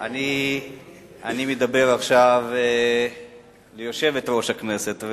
אני מדבר עכשיו ליושבת-ראש הכנסת,